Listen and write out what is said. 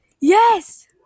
Yes